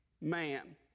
man